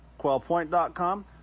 quailpoint.com